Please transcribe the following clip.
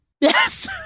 Yes